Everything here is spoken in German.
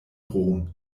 rom